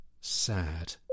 sad